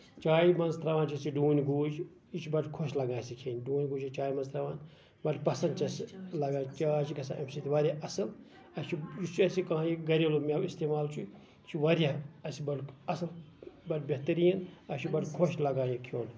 چایہِ منٛز تراوان چھِ یہِ ڈوٗنۍ گوٗجۍ یہِ چھِ بَڑٕ خۄش لگان اَسہِ یہِکھٮ۪نۍ ڈوٗنۍ گوٗجۍ چھِ چایہِ منٛز تراوان مطلب پسند چھِ اَسہِ لگان مطلب چاے چھِ گژھان اَمہِ سۭتۍ واریاہ اَصٕل اسہِ چھُ یہِ چھُ اَسہِ کانہہ یہِ گریلوٗ میوٕ اِستعمال چھُ یہِ چھُ واریاہ اَسہِ بَڑٕ اَصٕل بَڑٕ بہتریٖن اَسہِ چھُ بَڑٕ خۄش لگان یہِ کھٮ۪وٚن